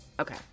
Okay